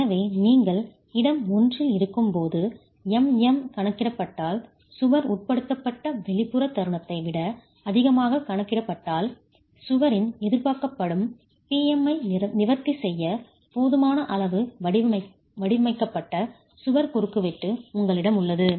எனவே நீங்கள் இடம் 1 இல் இருக்கும் போது Mm கணக்கிடப்பட்டால் சுவர் உட்படுத்தப்பட்ட வெளிப்புற தருணத்தை விட அதிகமாக கணக்கிடப்பட்டால் சுவரில் எதிர்பார்க்கப்படும் P M ஐ நிவர்த்தி செய்ய போதுமான அளவு வடிவமைக்கப்பட்ட சுவர் குறுக்குவெட்டு உங்களிடம் உள்ளது